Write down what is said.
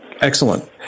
Excellent